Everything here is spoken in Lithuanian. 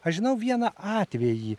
aš žinau vieną atvejį